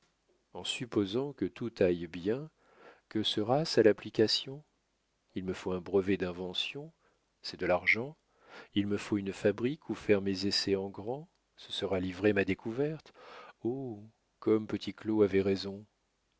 en supposant que tout aille bien que sera-ce à l'application il me faut un brevet d'invention c'est de l'argent il me faut une fabrique où faire mes essais en grand ce sera livrer ma découverte oh comme petit claud avait raison